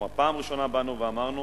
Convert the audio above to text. כלומר, פעם ראשונה באנו ואמרנו